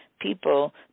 people